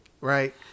Right